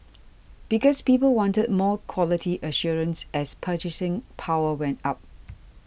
because people wanted more quality assurance as purchasing power went up